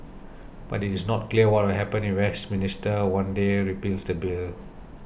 but it is not clear what will happen if Westminster one day repeals that bill